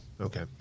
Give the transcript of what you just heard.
okay